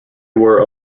were